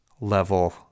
level